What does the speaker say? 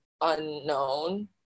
unknown